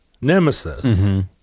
nemesis